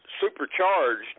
supercharged